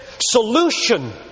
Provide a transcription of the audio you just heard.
solution